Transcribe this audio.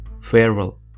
Farewell